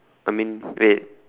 I mean wait